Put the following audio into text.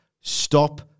Stop